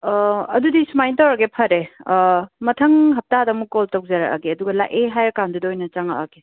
ꯑꯗꯨꯗꯤ ꯁꯨꯃꯥꯏ ꯇꯧꯔꯒꯦ ꯐꯔꯦ ꯃꯊꯪ ꯍꯞꯇꯥꯗ ꯑꯃꯨꯛ ꯀꯣꯜ ꯇꯧꯖꯔꯛꯑꯒꯦ ꯑꯗꯨꯒ ꯂꯥꯛꯑꯦ ꯍꯥꯏꯔꯀꯥꯟꯗꯨꯗ ꯑꯣꯏꯅ ꯆꯪꯉꯥꯛꯑꯒꯦ